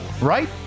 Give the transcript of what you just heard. right